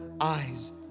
eyes